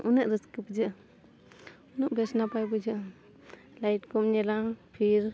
ᱩᱱᱟᱹᱜ ᱨᱟᱹᱥᱠᱟᱹ ᱵᱩᱡᱷᱟᱹᱜᱼᱟ ᱩᱱᱟᱹᱜ ᱵᱮᱥ ᱱᱟᱯᱟᱭ ᱵᱩᱡᱷᱟᱹᱜᱼᱟ ᱞᱟᱭᱤᱴ ᱠᱚᱢ ᱧᱮᱞᱟ ᱯᱷᱤᱨ